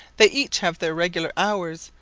they each have their regular hours,